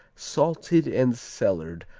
salted and cellared,